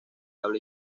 habla